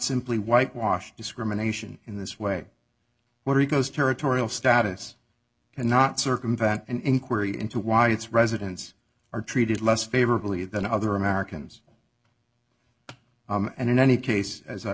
simply whitewash discrimination in this way when he goes territorial status cannot circumvent an inquiry into why its residents are treated less favorably than other americans and in any case as